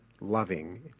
loving